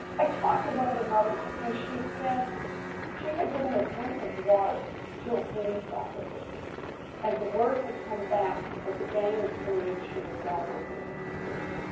i talked to one of the mothers and she said she had given a drink of water to a police officer and the word had come back that the gangs believed she was now working with the police.